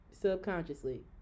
subconsciously